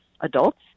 adults